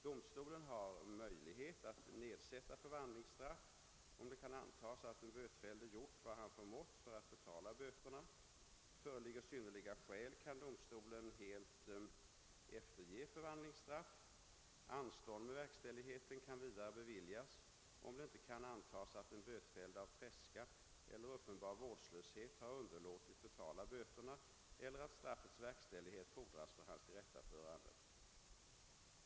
Domstolen har möjlighet att nedsätta förvandlingsstraff om det kan antas att den bötfällde gjort vad han förmått för att betala böterna. Föreligger synnerliga skäl kan domstolen helt efterge förvandlingsstraff. Anstånd med verkställigheten kan vidare beviljas om det inte kan antas att den bötfällde av tredska eller uppenbar vårdslöshet har underlåtit betala böterna eller att straffets verkställighet fordras för hans tillrättaförande.